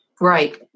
Right